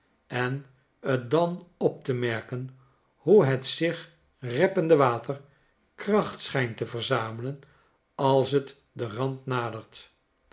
en j t dan op te merken hoe het zich reppende water kracht schijnt te verzamelen als t den rand nadert